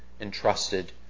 entrusted